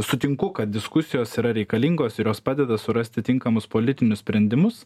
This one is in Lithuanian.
sutinku kad diskusijos yra reikalingos ir jos padeda surasti tinkamus politinius sprendimus